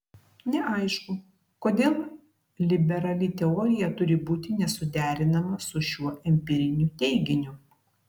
neaišku kodėl liberali teorija turi būti nesuderinama su šiuo empiriniu teiginiu